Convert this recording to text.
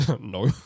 No